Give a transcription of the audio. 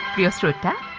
yesterday